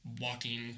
walking